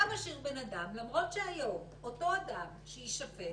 אתה משאיר בן אדם למרות שהיום אותו אדם שיישפט